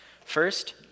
First